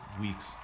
weeks